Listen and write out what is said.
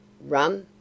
Rum